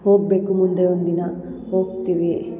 ಹೋಗಬೇಕು ಮುಂದೆ ಒಂದು ದಿನ ಹೋಗ್ತೀವಿ